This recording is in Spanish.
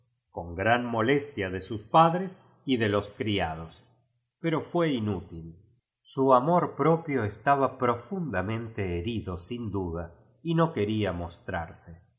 con gran molestia de sus padres y de los criados pero fué inútil sn amor propio estaba profundamente herido sin duda y no quería